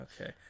okay